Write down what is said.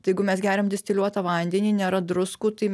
tai jeigu mes geriam distiliuotą vandenį nėra druskų tai